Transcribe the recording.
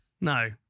No